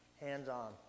hands-on